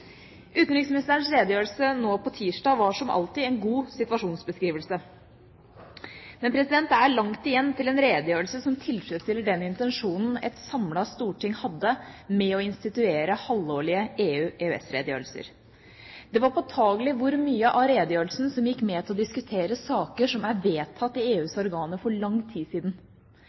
Utenriksministerens redegjørelse nå på tirsdag var som alltid en god situasjonsbeskrivelse. Men det er langt igjen til en redegjørelse som tilfredsstiller den intensjonen et samlet storting hadde om å instituere halvårlige EU/EØS-redegjørelser. Det var påtagelig hvor mye av redegjørelsen som gikk med til å diskutere saker som er vedtatt i EUs organer for lang tid siden.